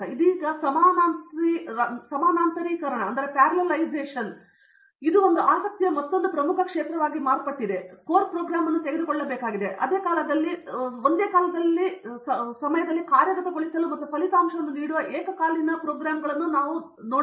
ಇದೀಗ ಸಮಾನಾಂತರೀಕರಣವು ಆಸಕ್ತಿಯ ಮತ್ತೊಂದು ಪ್ರಮುಖ ಕ್ಷೇತ್ರವಾಗಿ ಮಾರ್ಪಟ್ಟಿದೆ ಆದ್ದರಿಂದ ನಾವು ಕೋರ್ ಪ್ರೋಗ್ರಾಂ ಅನ್ನು ತೆಗೆದುಕೊಳ್ಳಬೇಕಾಗಿದೆ ಮತ್ತು ಅದೇ ಕಾಲದ ಸಮಯದಲ್ಲಿ ಕಾರ್ಯಗತಗೊಳಿಸಲು ಮತ್ತು ಫಲಿತಾಂಶವನ್ನು ನೀಡುವ ಏಕಕಾಲೀನ ತುಣುಕುಗಳಾಗಿ ನಾನು ಅದನ್ನು ಹೇಗೆ ಮಾಡಬಹುದು ಎಂಬುದನ್ನು ನೋಡಿ